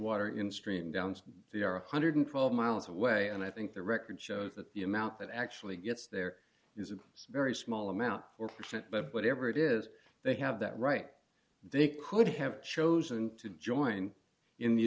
water in stream downs they are one hundred and twelve miles away and i think the record shows that the amount that actually gets there is a very small amount or percent but whatever it is they have that right they could have chosen to join in the